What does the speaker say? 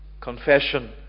confession